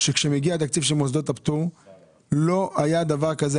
שכשמגיע תקציב של מוסדות הפטור לא היה דבר כזה,